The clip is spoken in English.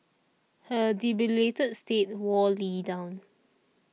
her debilitated state wore Lee down